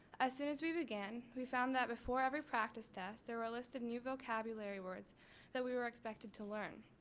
as soon as we began we found that before every practice tests there were a list of new vocabulary words that we were expected to learn.